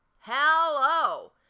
hello